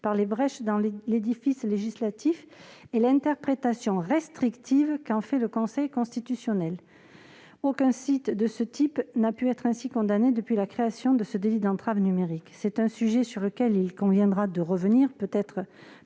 par les brèches de l'édifice législatif et l'interprétation restrictive qu'en fait le Conseil constitutionnel. Ainsi, aucun site de ce type n'a pu être condamné depuis la création de ce délit d'entrave numérique. C'est un sujet sur lequel il conviendra peut-être